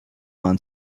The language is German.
waren